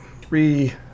three